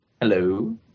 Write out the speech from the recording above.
Hello